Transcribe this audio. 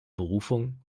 berufung